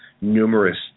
numerous